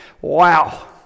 Wow